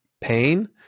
pain